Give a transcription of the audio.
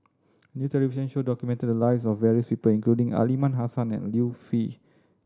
a new television show documented the lives of various people including Aliman Hassan and Liu Peihe